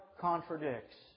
contradicts